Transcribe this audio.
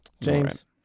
James